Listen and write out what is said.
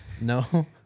No